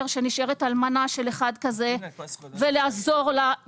כשנשארת אלמנה של אחד כזה ולעזור לה,